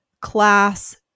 class